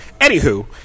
Anywho